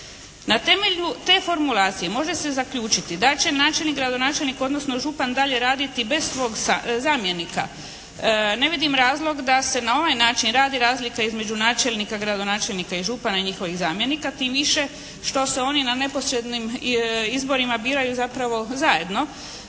Na temelju te formulacije može se zaključiti da će načelnik, gradonačelnik odnosno župan dalje raditi bez svog zamjenika. Ne vidim razlog da se na ovaj način radi razlika između načelnika, gradonačelnika i župana i njihovih zamjenika. Tim više što se oni na neposrednim izborima biraju zapravo zajedno